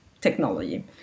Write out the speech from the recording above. technology